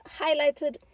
highlighted